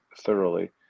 thoroughly